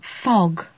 fog